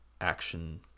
action